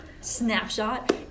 snapshot